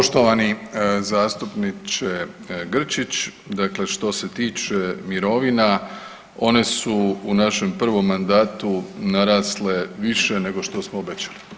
Poštovani zastupniče Grčić, dakle što se tiče mirovina one su u našem prvom mandatu narasle više nego što smo obećali.